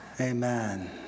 amen